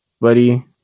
buddy